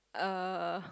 uh